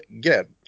get